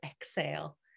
exhale